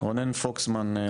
רונן פוקסמן.